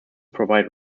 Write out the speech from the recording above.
provide